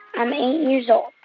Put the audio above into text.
i'm eight years old.